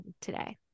today